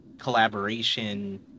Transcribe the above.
collaboration